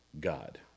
God